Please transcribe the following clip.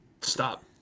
Stop